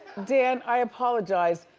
dan i apologize,